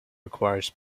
requires